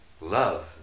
Love